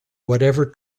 whatever